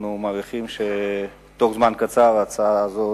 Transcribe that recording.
אנחנו מעריכים שתוך זמן קצר ההצעה הזו